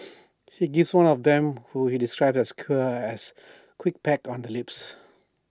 he gives one of them whom he describes as queer A quick peck on the lips